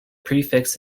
prefix